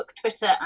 Twitter